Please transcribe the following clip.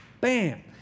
Bam